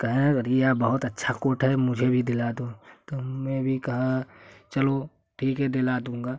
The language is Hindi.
कहने बहुत अच्छा कोट है मुझे भी दिला दो तो मैं भी कहा चलो ठीक है दिला दूँगा